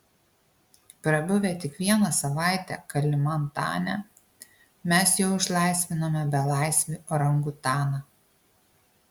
prabuvę tik vieną savaitę kalimantane mes jau išlaisvinome belaisvį orangutaną